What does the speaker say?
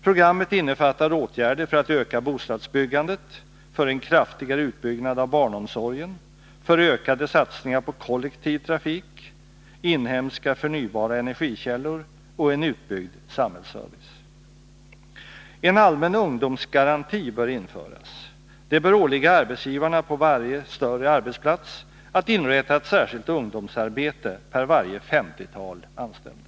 Programmet innefattar åtgärder för att öka bostadsbyggandet, för en kraftigare utbyggnad av barnomsorgen, för ökade satsningar på kollektiv trafik, inhemska förnybara energikällor och en utbyggd samhällsservice. En allmän ungdomsgaranti bör införas. Det bör åligga arbetsgivarna på varje större arbetsplats att inrätta ett särskilt ungdomsarbete per varje femtiotal anställda.